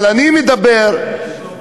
אלה שלומדים בבתי-הספר.